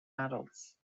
adults